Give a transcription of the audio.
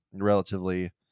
Relatively